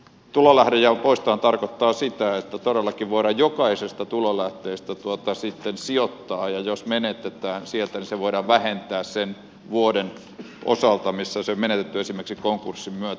tulonlähdejaon poistohan tarkoittaa sitä että todellakin voidaan jokaisesta tulonlähteestä sitten sijoittaa ja jos menetetään sieltä niin se voidaan vähentää sen vuoden osalta missä se on menetetty esimerkiksi konkurssin myötä